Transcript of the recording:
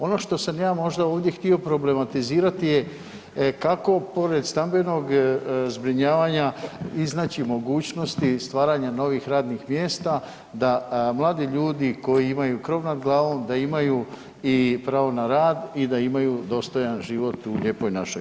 Ono što sam ja možda ovdje htio problematizirati je kako pored stambenog zbrinjavanja iznaći mogućnosti stvaranja novih radnih mjesta, da mladi ljudi koji imaju krov nad glavom, da imaju pravo na rad i da imaju dostojan život u Lijepoj našoj.